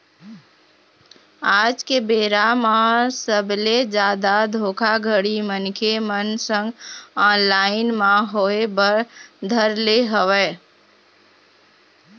आज के बेरा म सबले जादा धोखाघड़ी मनखे मन संग ऑनलाइन म होय बर धर ले हवय